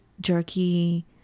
jerky